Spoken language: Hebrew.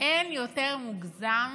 אין יותר מוגזם